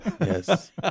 Yes